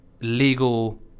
legal